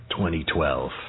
2012